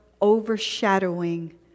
overshadowing